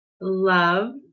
love